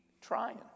trying